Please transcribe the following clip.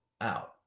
out